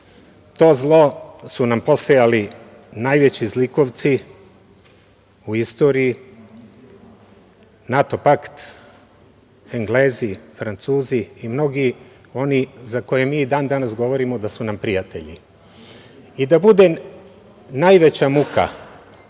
To zlo su nam posejali najveći zlikovci u istoriji – NATO pakt, Englezi, Francuzi i mnogi za koje mi i dan-danas govorimo da su nam prijatelji. I da bude najveća muka,